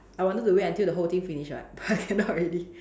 I wanted to wait until the whole thing finish [what] but I cannot already